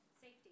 Safety